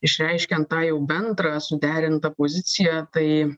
išreiškiant tą jau bendrą suderintą poziciją tai